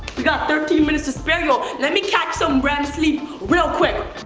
we got thirteen minutes to spare, yo. let me catch some rem sleep real quick.